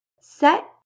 set